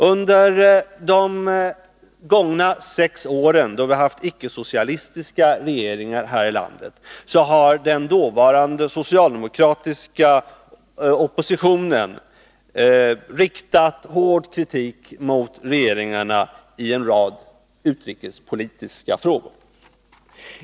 Under de gångna sex åren, då vi haft icke-socialistiska regeringar här i landet, har den dåvarande socialdemokratiska oppositionen riktat hård kritik mot regeringarna i en rad utrikespolitiska frågor.